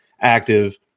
active